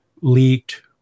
leaked